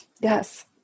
Yes